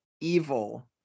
evil